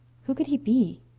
who could he be?